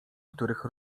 których